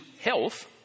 health